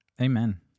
Amen